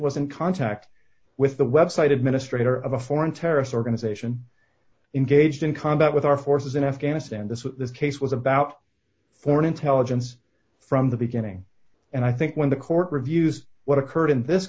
in contact with the website administrator of a foreign terrorist organization in gauged in combat with our forces in afghanistan that's what this case was about foreign intelligence from the beginning and i think when the court reviews what occurred in this